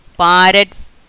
parrots